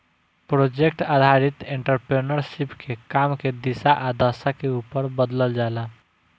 project आधारित entrepreneurship के काम के दिशा आ दशा के उपर बदलल जाला